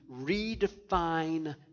redefine